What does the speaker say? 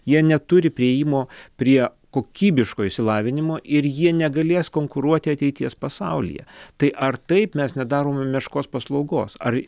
jie neturi priėjimo prie kokybiško išsilavinimo ir jie negalės konkuruoti ateities pasaulyje tai ar taip mes nedarome meškos paslaugos ar